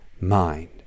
mind